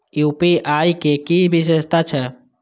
UPI के कि विषेशता छै?